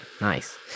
nice